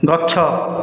ଗଛ